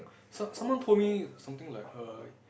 some~ someone told me something like err